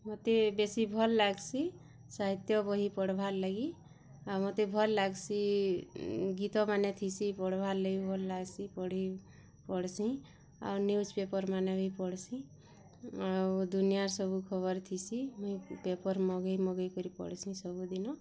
ମତେ ବେଶୀ ଭଲ୍ ଲାଗ୍ସି ସାହିତ୍ୟ ବହି ପଢ଼୍ବାର୍ ଲାଗି ଆଉ ମତେ ଭଲ୍ ଲାଗ୍ସି ଗୀତମାନେ ଥିସି ପଢ଼ବାର୍ ଲାଗି ଭଲ୍ ଲାଗ୍ସି ପଢ଼୍ସି ଆଉ ନ୍ୟୁଜ୍ ପେପର୍ମାନେ ବି ପଢ଼୍ସି ଆଉ ଦୁନିଆର୍ ସବୁ ଖବର୍ ଥିସି ଆଉ ପେପର୍ ମଗେଇ ମଗେଇ କରି ପଢ଼୍ସି ସବୁଦିନ